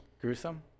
gruesome